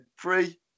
Three